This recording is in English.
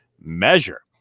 measure